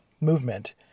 movement